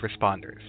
responders